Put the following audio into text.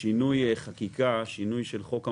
שינוי חקיקה, שינוי של חוק המילואים,